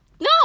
No